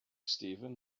steven